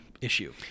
issue